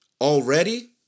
already